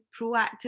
proactive